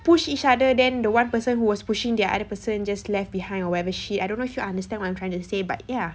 push each other than the one person who was pushing the other person just left behind or whatever shit I don't know if you understand what I'm trying to say but ya